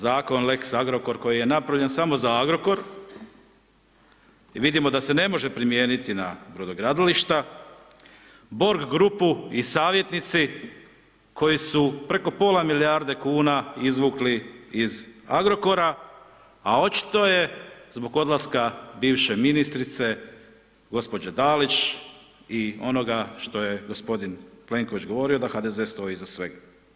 Zakon Lex Agrokor koji je napravljen samo za Agrokor i vidimo da se ne može primijeniti na brodogradilišta, Borg grupu i savjetnici koji su preko pola milijarde kuna izvukli iz Agrokora, a očito je zbog odlaska bivše ministrice gđe. Dalić i onoga što je g. Plenković govorio, da HDZ stoji iza svega.